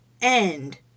end